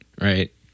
right